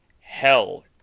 hell